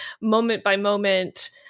moment-by-moment